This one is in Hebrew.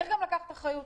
צריך גם לקחת אחריות.